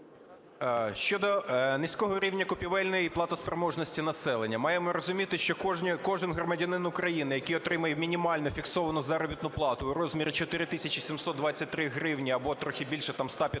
Щодо низького рівня купівельної платоспроможності населення. Маємо розуміти, що кожен громадянин України, який отримує мінімальну фіксовану заробітну плату у розмірі 4 тисячі 723 гривні або трохи більше, там,